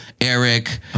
Eric